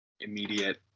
immediate